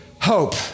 hope